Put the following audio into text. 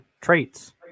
traits